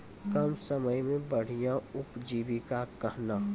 कम समय मे बढ़िया उपजीविका कहना?